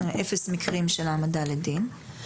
אפס מקרים של העמדה לדין.